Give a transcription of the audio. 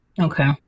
Okay